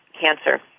cancer